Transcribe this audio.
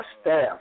staff